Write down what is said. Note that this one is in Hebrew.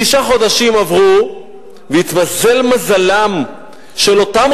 תשעה חודשים עברו והתמזל מזלם של אותם